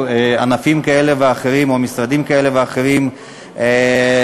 ענפים כאלה ואחרים או משרדים כאלה ואחרים מהחוק,